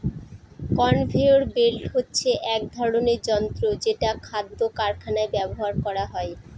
conveyor belt হচ্ছে এক ধরনের যন্ত্র যেটা খাদ্য কারখানায় ব্যবহার করা হয়